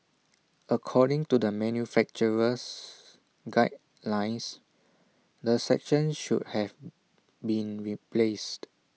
according to the manufacturer's guidelines the section should have been replaced